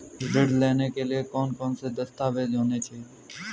ऋण लेने के लिए कौन कौन से दस्तावेज होने चाहिए?